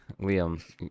Liam